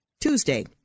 tuesday